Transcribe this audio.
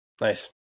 Nice